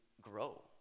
grow